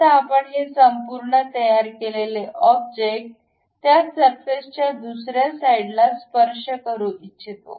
आता आपण हे संपूर्ण तयार केलेले ऑब्जेक्ट त्या सरफेस च्या दुसऱ्या साईडला स्पर्श करू इच्छितो